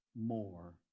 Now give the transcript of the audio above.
more